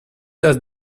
just